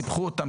סיפחו אותם,